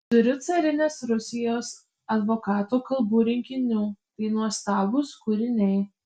turiu carinės rusijos advokatų kalbų rinkinių tai nuostabūs kūriniai